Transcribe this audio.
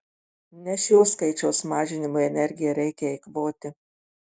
ne šio skaičiaus mažinimui energiją reikia eikvoti